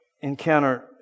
encounter